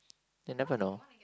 they never know